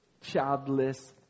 childless